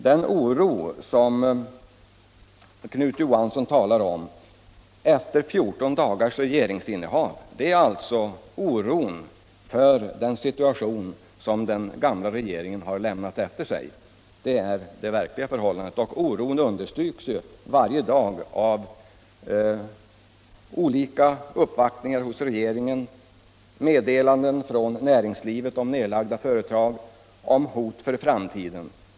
Den oro som Knut Johansson talar om efter 14 dagars regeringsinnehav för de borgerliga partierna är oron för de problem som den gamla regeringen lämnat efter sig — det är det verkliga förhållandet. Den oron understryks varje dag av olika uppvaktningar hos regeringen, meddelanden från näringslivet om nedlagda företag, meddelanden om hot för Allmänpolitisk debatt Allmänpolitisk debatt framtiden.